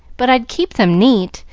but i'd keep them neat,